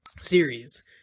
series